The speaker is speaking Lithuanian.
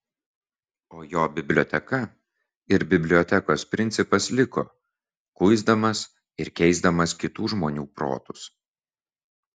o jo biblioteka ir bibliotekos principas liko kuisdamas ir keisdamas kitų žmonių protus